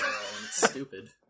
stupid